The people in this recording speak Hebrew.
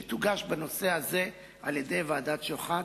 שתוגש בנושא הזה על-ידי ועדת-שוחט,